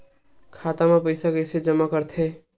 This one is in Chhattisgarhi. खाता म पईसा कइसे जमा करथे?